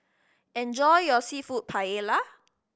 enjoy your Seafood Paella